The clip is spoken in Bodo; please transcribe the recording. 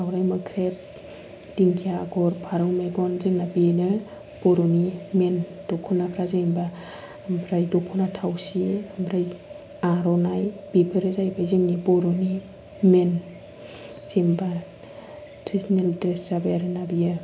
दाउराइ मोख्रेब दिंखिया आगर फारौ मेगन जोंना बेनो बर'नि मेन दख'नाफ्रा जेनेबा ओमफ्रा दख'ना थावसि ओमफ्राय आर'नाइ बिफोरो जाहैबाय जोंनि बर'नि मेन जेन'बा ट्रेडिशनेल ड्रेस जाहैबाय आरोना बेयो